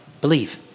Believe